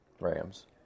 Rams